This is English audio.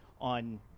on